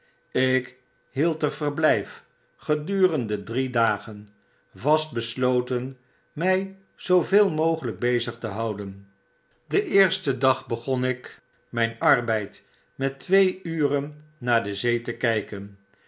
ik hield er verblflf gedurende drie dagen vast besloten my zooveel mogelp bezig te houden d p eersten dag begon ik myn arbeid met twee uren naar de zee te kjjken